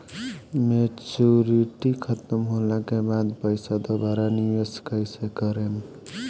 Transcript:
Maturity खतम होला के बाद पईसा दोबारा निवेश कइसे करेम?